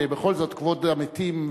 ובכל זאת כבוד המתים,